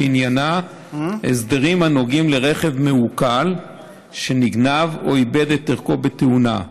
שעניינה הסדרים הנוגעים לרכב מעוקל שנגנב או איבד את ערכו בתאונה.